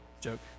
Joke